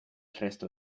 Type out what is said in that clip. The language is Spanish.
resto